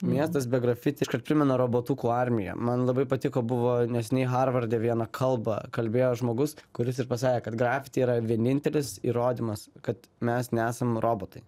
miestas be grafiti iškart primena robotukų armiją man labai patiko buvo neseniai harvarde vieną kalbą kalbėjo žmogus kuris ir pasakė kad grafiti yra vienintelis įrodymas kad mes nesam robotai